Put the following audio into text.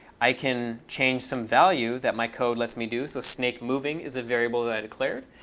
i can change some value that my code lets me do. so snakemoving is a variable that i declared,